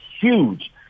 huge